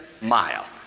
mile